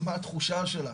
מה התחושה שלה.